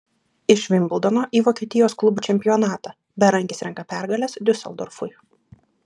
iš vimbldono į vokietijos klubų čempionatą berankis renka pergales diuseldorfui